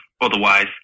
otherwise